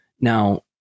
now